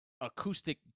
acoustic